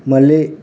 మళ్ళీ